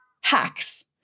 hacks